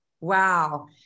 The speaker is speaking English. Wow